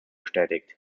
bestätigt